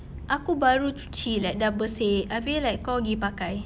aku baru cuci like sudah bersih habis like kau pergi pakai